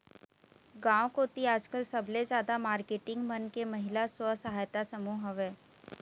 गांव कोती आजकल सबले जादा मारकेटिंग मन के महिला स्व सहायता समूह हवय